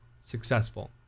successful